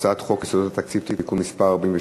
הצעת חוק יסודות התקציב (תיקון מס' 46),